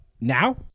Now